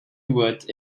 towards